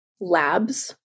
labs